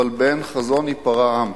באין חזון ייפרע עם.